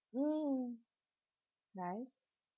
mm nice